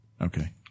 Okay